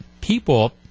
people